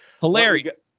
Hilarious